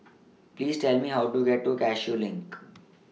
Please Tell Me How to get to Cashew LINK